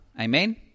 amen